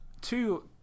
two